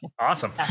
Awesome